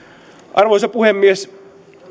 arvoisa puhemies